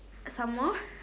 some more